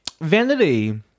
Vanity